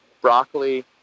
broccoli